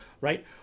Right